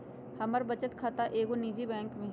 हमर बचत खता एगो निजी बैंक में हइ